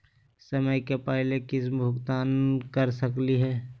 समय स पहले किस्त भुगतान कर सकली हे?